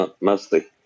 Mostly